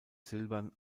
silbern